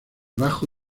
bajo